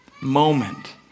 moment